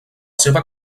seva